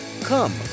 Come